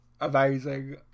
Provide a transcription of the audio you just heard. amazing